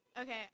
Okay